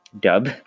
Dub